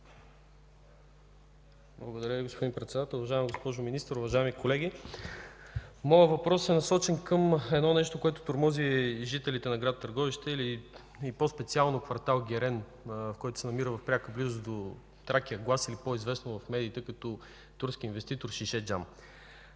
Благодаря Ви, господин Председател. Уважаема госпожо Министър, уважаеми колеги! Моят въпрос е насочен към едно нещо, което тормози жителите на гр. Търговище и по-специално от кв. „Герен”, който се намира в пряка близост до „Тракия глас” или по-известно от медиите като турския инвеститор „Шишеджам”.